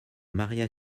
maria